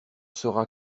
sera